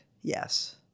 Yes